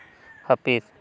ᱦᱟᱹᱯᱤᱫ